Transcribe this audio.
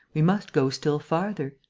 we must go still farther,